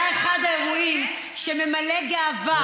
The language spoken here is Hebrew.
אירוע מיצג ה-70 היה אחד האירועים שממלאים בגאווה,